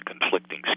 conflicting